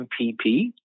MPP